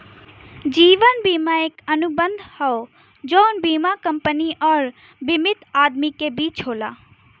जीवन बीमा एक अनुबंध हौ जौन बीमा कंपनी आउर बीमित आदमी के बीच होला